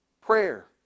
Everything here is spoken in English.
prayer